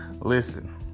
Listen